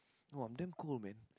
!wah! I'm damn cold man